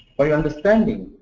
for your understanding,